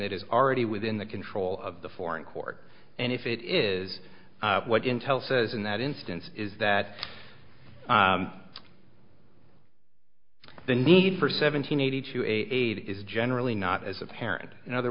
that is already within the control of the foreign court and if it is what intel says in that instance is that the need for seven hundred eighty two eight is generally not as apparent in other